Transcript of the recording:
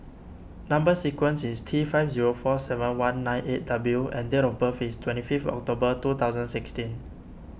Number Sequence is T five zero four seven one nine eight W and date of birth is twenty fifth October two thousand sixteen